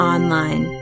Online